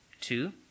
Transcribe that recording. Two